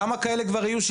כמה כאלה כבר יהיו?